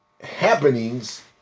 happenings